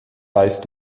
weißt